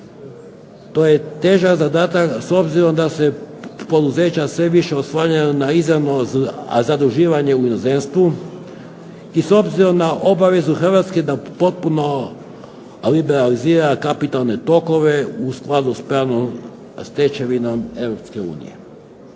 To je težak zadatak s obzirom da se poduzeća sve više oslanjaju na izravno zaduživanje u inozemstvu i s obzirom na obavezu Hrvatske da potpuno liberalizira kapitalne tokove u skladu sa pravnom stečevinom